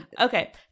Okay